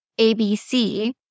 ABC